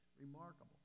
Remarkable